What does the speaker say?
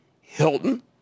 Hilton